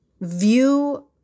view